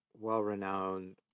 well-renowned